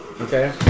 Okay